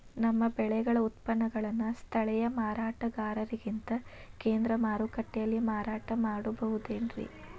ನಮ್ಮ ಬೆಳೆಗಳ ಉತ್ಪನ್ನಗಳನ್ನ ಸ್ಥಳೇಯ ಮಾರಾಟಗಾರರಿಗಿಂತ ಕೇಂದ್ರ ಮಾರುಕಟ್ಟೆಯಲ್ಲಿ ಮಾರಾಟ ಮಾಡಬಹುದೇನ್ರಿ?